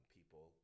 People